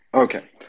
Okay